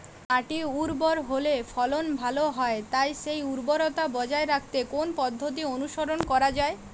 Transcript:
মাটি উর্বর হলে ফলন ভালো হয় তাই সেই উর্বরতা বজায় রাখতে কোন পদ্ধতি অনুসরণ করা যায়?